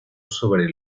sobre